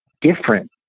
different